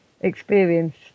experience